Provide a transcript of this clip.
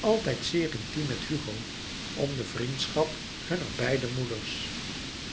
altijd zeer intiem met hugo om de vriendschap hunner beider moeders